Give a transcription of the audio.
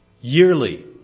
yearly